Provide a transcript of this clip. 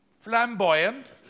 flamboyant